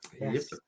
Yes